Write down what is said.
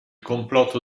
complotto